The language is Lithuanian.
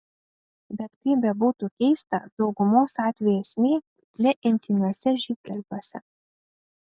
bet kaip bebūtų keista daugumos atvejų esmė ne intymiuose žygdarbiuose